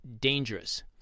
dangerous